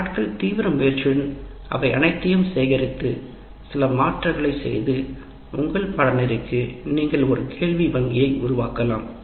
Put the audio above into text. சில நாட்கள் தீவிர முயற்சியுடன் அவை அனைத்தையும் சேகரித்து சில மாற்றங்களை செய்து உங்கள் பாடநெறிக்கு நீங்கள் ஒரு கேள்வி வங்கியை உருவாக்கலாம்